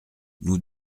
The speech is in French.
nous